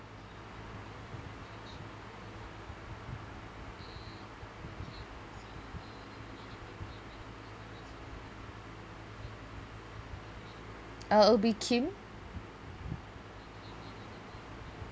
uh it'll be kim